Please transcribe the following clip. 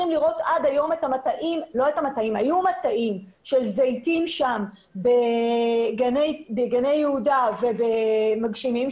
היו מטעים של זיתים בגני יהודה ובמגשימים,